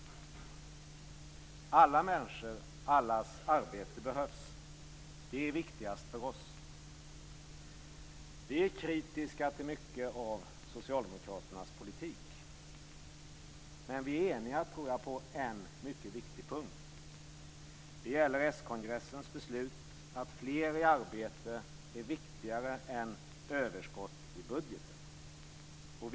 Alla människor och allas arbete behövs. Det är det viktigaste för oss. Vi är kritiska till mycket av socialdemokraternas politik, men vi är eniga på en mycket viktig punkt. Det gäller s-kongressens beslut att fler i arbete är viktigare än överskott i budgeten.